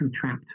trapped